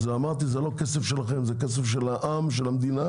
זה לא כסף שלכם; זה כסף של העם ושל המדינה,